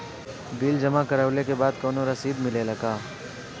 Bill जमा करवले के बाद कौनो रसिद मिले ला का?